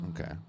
Okay